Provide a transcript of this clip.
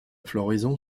floraison